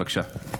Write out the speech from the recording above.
בבקשה.